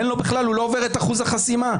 הוא לא עובר את אחוז החסימה.